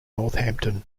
northampton